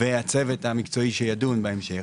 והצוות המקצועי שידון בהמשך.